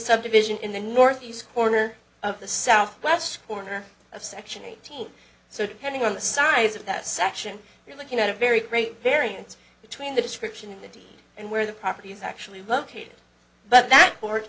subdivision in the northeast corner of the southwest corner of section eighteen so depending on the size of that section you're looking at a very great variance between the description in the deed and where the properties actually loved it but that court